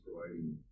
providing